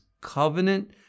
covenant